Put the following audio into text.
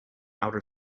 outer